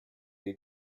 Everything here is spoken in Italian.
dei